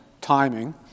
timing